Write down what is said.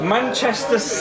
Manchester